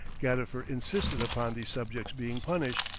gadifer insisted upon these subjects being punished,